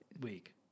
week